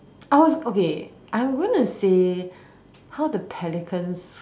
I was okay I'm gonna say how the pelicans